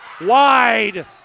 wide